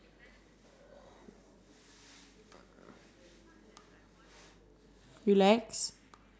the I I I think I'm craving for something I'm craving for